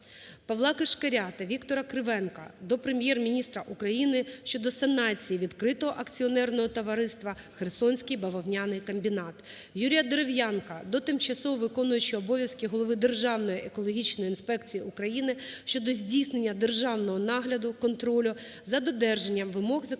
ПавлаКишкаря та Віктора Кривенка до Прем'єр-міністра України щодо санації Відкритого акціонерного товариства "Херсонський бавовняний комбінат". Юрія Дерев'янка до Тимчасово виконуючого обов'язки Голови Державної екологічної інспекції України щодо здійснення державного нагляду (контролю) за додержанням вимог законодавства